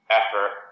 effort